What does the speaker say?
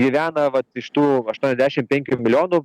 gyvena vat iš tų aštuoniasdešimt penkių milijonų